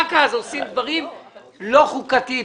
רק אז עושים דברים לא חוקתיים.